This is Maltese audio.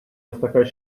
niftakar